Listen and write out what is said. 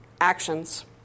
actions